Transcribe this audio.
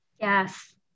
Yes